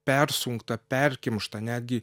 persunktą perkimštą netgi